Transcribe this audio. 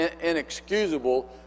inexcusable